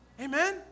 Amen